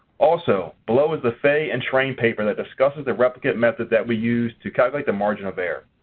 also below is the fay and train paper that discusses the replicate method that we used to calculate the margin of error.